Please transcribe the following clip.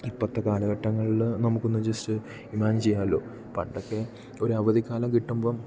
ഇപ്പോഴത്തെ കാലഘട്ടങ്ങളിൽ നമുക്ക് ഒന്ന് ജസ്റ്റ് ഇമാജിൻ ചെയ്യാലോ പണ്ടൊക്കെ ഒരു അവധിക്കാലം കിട്ടുമ്പം